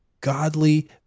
godly